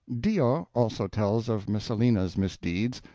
dio also tells of messalina's misdeeds,